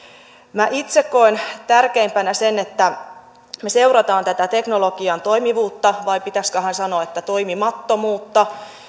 minä itse koen tärkeimpänä sen että me seuraamme tätä teknologian toimivuutta vai pitäisiköhän sanoa että toimimattomuutta